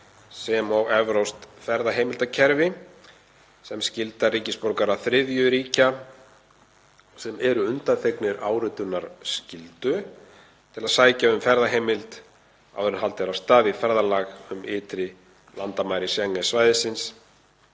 sem og evrópskt ferðaheimildakerfi sem skyldar ríkisborgara þriðju ríkja, sem eru undanþegnir áritunarskyldu, til að sækja um ferðaheimild áður en haldið er af stað í ferðalag um ytri landamæri Schengen-svæðisins.